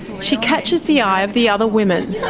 she catches the eye of the other women.